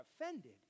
offended